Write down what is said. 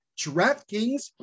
DraftKings